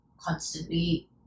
constantly